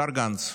השר גנץ,